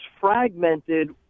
fragmented